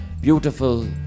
beautiful